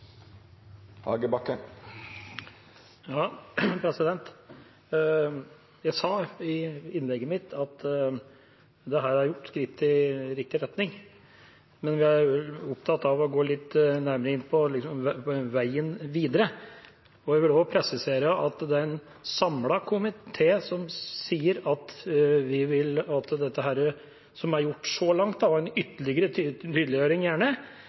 Jeg sa i innlegget mitt at dette går i riktig retning, men vi er opptatt av å gå litt nærmere inn på veien videre. Jeg vil også presisere at det er en samlet komité som sier at vi vil at det som er gjort så langt – og gjerne en ytterligere tydeliggjøring